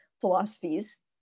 philosophies